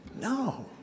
no